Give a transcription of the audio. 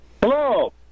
Hello